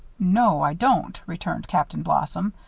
no, i don't, returned captain blossom.